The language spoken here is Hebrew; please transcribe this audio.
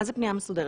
מה זה פנייה מסודרת?